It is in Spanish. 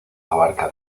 abarca